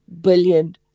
billion